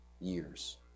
years